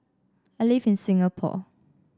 I live in Singapore